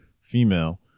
female